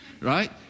right